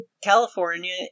California